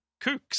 kooks